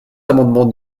amendement